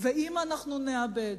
ואם אנו נאבד,